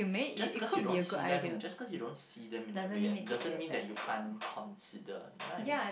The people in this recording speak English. just because you don't see them in just because you don't see them in that way doesn't mean you can't consider you know what I mean